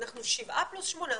אנחנו שבעה פלוס שמונה,